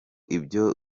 ibyo